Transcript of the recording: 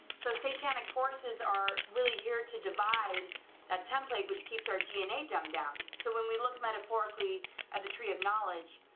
so satanic forces are really here to divide that template which keeps our dna dumb down, so when we look metaphorically at the tree of knowledge,